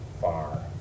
far